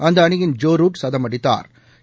அந்த அணியின் Joe Root சதம் அடித்தாா்